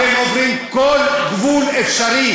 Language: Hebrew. אתם עוברים כל גבול אפשרי,